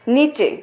নিচে